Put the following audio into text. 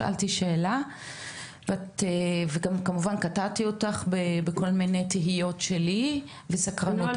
שאלתי שאלה וכמובן קטעתי אותך בכל מיני תהיות שלי ובסקרנות.